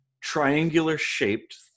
triangular-shaped